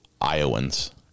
Iowans